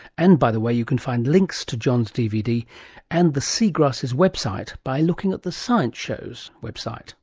and, by the way, you can find links to john's dvd and the seagrasses website by looking at the science show's website